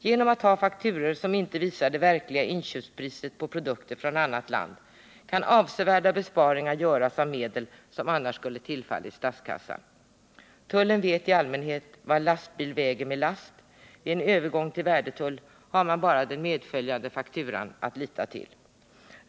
Genom att ha fakturor som inte visar det verkliga inköpspriset på produkter från annat land kan avsevärda besparingar göras av medel som annars skulle ha tillfallit statskassan. Tullen vet i allmänhet vad en lastbil väger med en last, men vid en övergång till värdetull har man bara den medföljande fakturan att lita till.